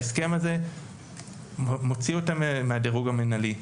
ההסכם הזה מוציא אותן מהדירוג המנהלי,